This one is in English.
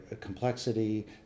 complexity